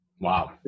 Wow